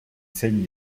same